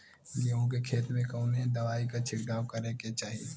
गेहूँ के खेत मे कवने दवाई क छिड़काव करे के चाही?